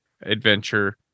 adventure